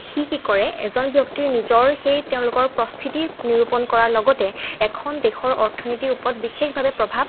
সি কি কৰে এজন ব্যক্তিৰ নিজৰ সেই তেওঁলোকৰ প্ৰস্থিতি নিৰূপণ কৰাৰ লগতে এখন দেশৰ অৰ্থনীতিৰ ওপৰত বিশেষভাৱে প্ৰভাৱ